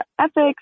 ethics